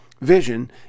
vision